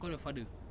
call your father